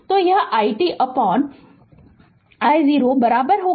तो यह i t I0 R L t होगा